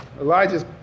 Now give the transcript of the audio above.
Elijah's